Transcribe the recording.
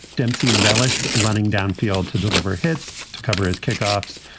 dempsey relished running downfield to deliver headset to cover his kickoffs.